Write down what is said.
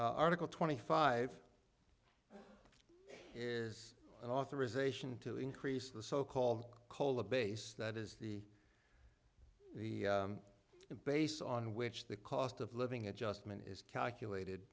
article twenty five is an authorization to increase the so called cola base that is the base on which the cost of living adjustment is calculated